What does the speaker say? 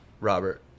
Robert